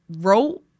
wrote